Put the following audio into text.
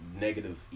negative